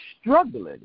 struggling